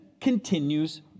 continues